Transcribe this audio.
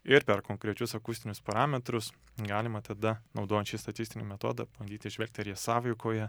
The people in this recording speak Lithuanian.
ir per konkrečius akustinius parametrus galima tada naudojant šį statistinį metodą bandyt įžvelgti ar jie sąveikauja